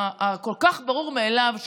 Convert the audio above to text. הכל-כך ברור מאליו.